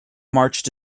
marched